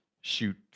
shoot